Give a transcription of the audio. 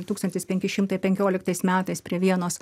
tūkstantis penki šimtai penkioliktais metais prie vienos